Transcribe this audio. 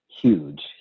Huge